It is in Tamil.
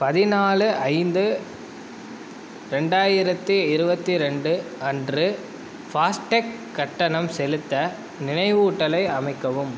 பதினாலு ஐந்து ரெண்டாயிரத்தி இருபத்தி ரெண்டு அன்று ஃபாஸ்டேக் கட்டணம் செலுத்த நினைவூட்டலை அமைக்கவும்